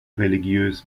religiös